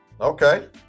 Okay